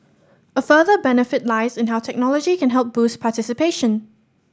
a further benefit lies in how technology can help boost participation